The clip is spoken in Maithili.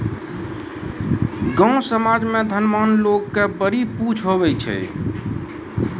गाँव समाज मे धनवान लोग के बड़ी पुछ हुवै छै